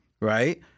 right